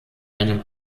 einem